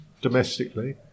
domestically